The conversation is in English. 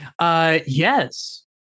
Yes